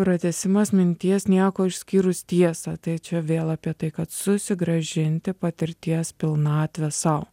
pratęsimas minties nieko išskyrus tiesą tai čia vėl apie tai kad susigrąžinti patirties pilnatvę sau